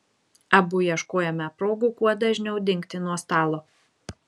abu ieškojome progų kuo dažniau dingti nuo stalo